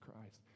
christ